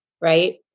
right